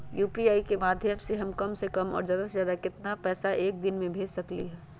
UPI के माध्यम से हम कम से कम और ज्यादा से ज्यादा केतना पैसा एक दिन में भेज सकलियै ह?